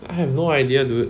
I have no idea dude